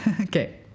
Okay